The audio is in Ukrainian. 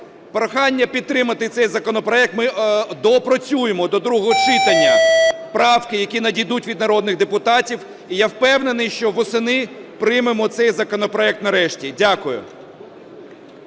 прохання підтримати цей законопроект. Ми доопрацюємо до другого читання правки, які надійдуть від народних депутатів. І я впевнений, що восени приймемо цей законопроект нарешті. Дякую.